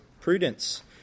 prudence